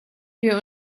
wir